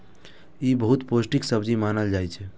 ई बहुत पौष्टिक सब्जी मानल जाइ छै